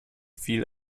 viel